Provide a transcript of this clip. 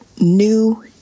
new